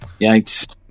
Yikes